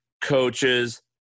coaches